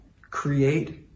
Create